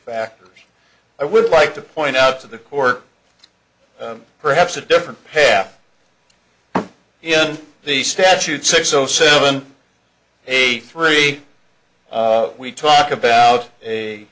factors i would like to point out to the court perhaps a different path in the statute six zero seven eight three we talk about